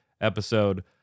episode